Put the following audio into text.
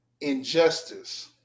Injustice